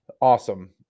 awesome